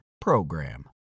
PROGRAM